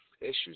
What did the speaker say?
issues